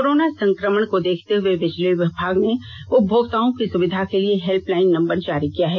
corona संक्रमण को देखते हुए बिजली विभाग ने उपभोक्ताओं की सुविधा के लिए हेल्पलाइन नंबर जारी किया है